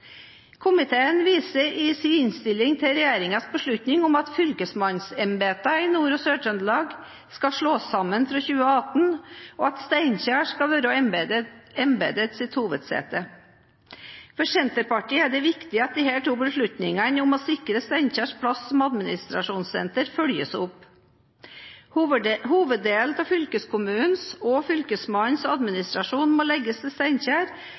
Komiteen viser i sin innstilling til regjeringens beslutning om at fylkesmannsembetene i Nord-Trøndelag og Sør-Trøndelag skal slås sammen fra 2018, og at Steinkjer skal være embetets hovedsete. For Senterpartiet er det viktig at disse to beslutningene om å sikre Steinkjers plass som administrasjonssenter følges opp. Hoveddelen av fylkeskommunens og Fylkesmannens administrasjon må legges til Steinkjer